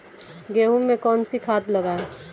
गेहूँ में कौनसी खाद लगाएँ?